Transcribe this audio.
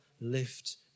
lift